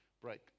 break